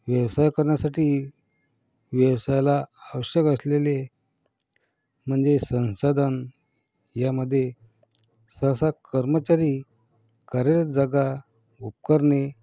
व्यवसाय करण्यासाठी व्यवसायाला आवश्यक असलेले म्हणजे संसाधन यामध्ये सहसा कर्मचारी कार्यालय जागा उपकरणे